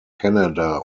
canada